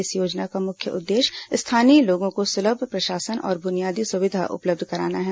इस योजना का मुख्य उद्देश्य स्थानीय लोगों को सुलभ प्रशासन और बुनियादी सुविधा उपलब्ध कराना है